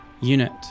Unit